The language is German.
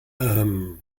ähm